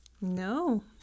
No